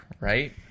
right